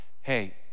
Hey